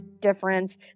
difference